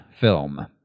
film